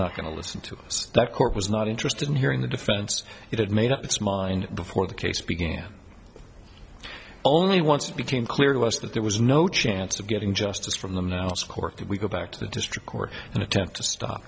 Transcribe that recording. not going to listen to that court was not interested in hearing the defense it had made up its mind before the case began only once it became clear to us that there was no chance of getting justice from the court could we go back to the district court and attempt to stop